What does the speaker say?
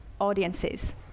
audiences